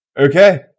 Okay